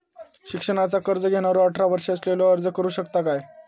शिक्षणाचा कर्ज घेणारो अठरा वर्ष असलेलो अर्ज करू शकता काय?